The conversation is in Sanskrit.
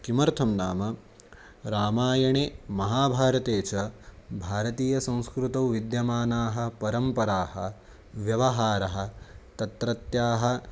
किमर्थं नाम रामायणे महाभारते च भारतीयसंस्कृतौ विद्यमानाः परम्पराः व्यवहारः तत्रत्याः